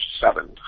seven